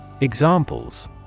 Examples